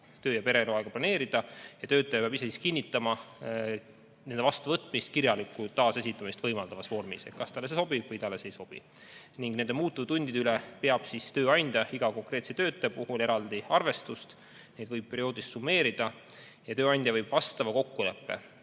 töö‑ ja pereeluaega planeerida, ja töötaja peab ise kinnitama ettepaneku vastuvõtmist kirjalikku taasesitamist võimaldavas vormis, kas talle see sobib või ei sobi. Muutuvtundide üle peab tööandja iga konkreetse töötaja puhul eraldi arvestust, neid võib perioodis summeerida. Tööandja võib vastava kokkuleppe